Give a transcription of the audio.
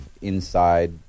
inside